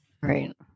right